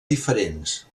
diferents